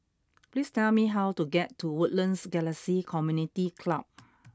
please tell me how to get to Woodlands Galaxy Community Club